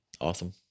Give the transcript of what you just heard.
Awesome